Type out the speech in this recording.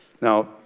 Now